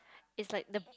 it's like the